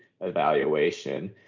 evaluation